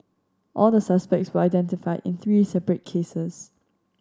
all the suspects were identified in three separate cases